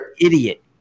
idiot